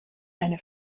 eine